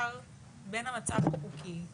טיוטת החוק הזאת